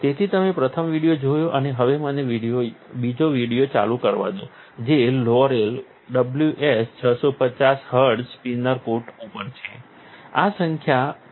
તેથી તમે પ્રથમ વિડિઓ જોયો અને હવે મને બીજો વિડિઓ ચાલુ કરવા દો જે Laurell WS 650 HZ spin coater ઉપર છે આ સંખ્યા 61002 છે